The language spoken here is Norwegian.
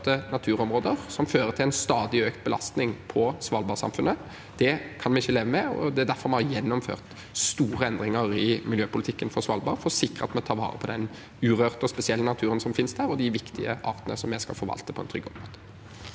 naturområder, noe som fører til en stadig økt belastning på svalbardsamfunnet. Det kan vi ikke leve med, og det er derfor vi har gjennomført store endringer i miljøpolitikken for Svalbard, for å sikre at vi tar vare på den urørte og spesielle naturen som finnes der, og de viktige artene som vi skal forvalte på en trygg og